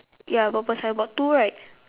ya purple signboard two right